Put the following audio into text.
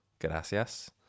gracias